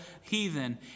heathen